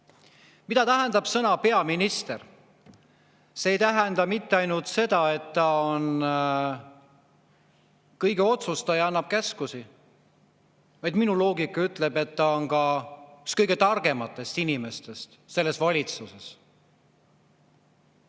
Mida tähendab sõna "peaminister"? See ei tähenda mitte ainult seda, et ta on kõige otsustaja ja annab käskusid, vaid minu loogika ütleb, et ta on ka üks kõige targematest inimestest valitsuses.